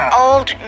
old